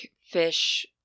fish